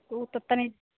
ओ तऽ तनी